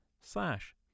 slash